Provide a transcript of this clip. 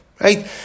right